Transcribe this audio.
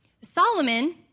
Solomon